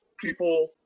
people